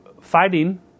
fighting